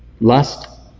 Lust